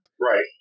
Right